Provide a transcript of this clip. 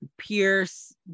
Pierce